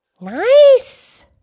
Nice